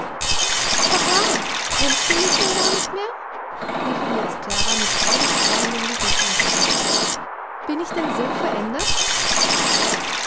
papa kennst du mich denn gar nicht mehr rief ihm jetzt klara mit freudestrahlendem gesicht entgegen bin ich denn so verändert